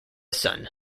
son